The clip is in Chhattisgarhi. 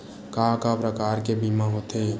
का का प्रकार के बीमा होथे?